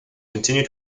continue